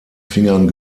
fingern